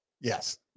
Yes